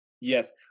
Yes